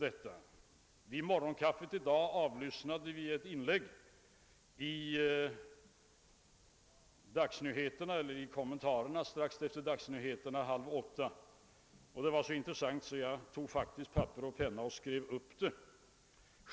Vid morgonkaffet i dag avlyssnade jag ett inlägg i kommentarerna strax efter dagsnyheterna kl. !/28. Det var så intressant att jag tog papper och penna och skrev upp vad som sades.